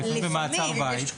לפעמים במעצר בית,